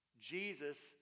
Jesus